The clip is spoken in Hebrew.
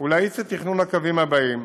ולהאיץ את תכנון הקווים הבאים,